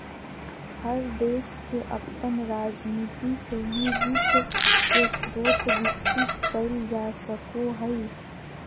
हर देश के अपन राजनीती से ही वित्त के स्रोत विकसित कईल जा सको हइ